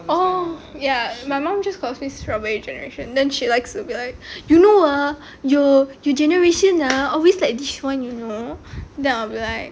oh ya my mum just called me strawberry generation and then she likes to be like you know ah your generation ah always like this [one] you know then I'll be like